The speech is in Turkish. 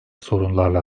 sorunlarla